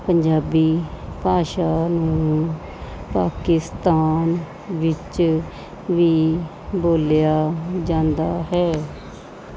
ਪੰਜਾਬੀ ਭਾਸ਼ਾ ਨੂੰ ਪਾਕਿਸਤਾਨ ਵਿੱਚ ਵੀ ਬੋਲਿਆ ਜਾਂਦਾ ਹੈ